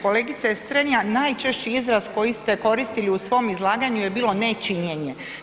Kolegice Strenja, najčešći izraz koji ste koristili u svom izlaganju je bilo nečinjenje.